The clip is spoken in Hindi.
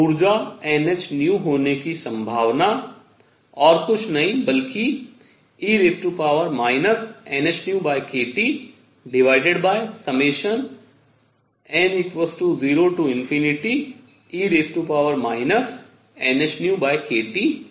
और ऊर्जा nhν होने की संभावना और कुछ नहीं बल्कि e nhνkTn0e nhνkT है